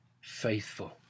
faithful